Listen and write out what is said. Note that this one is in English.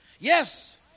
Yes